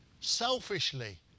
selfishly